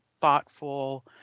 thoughtful